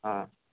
ஆ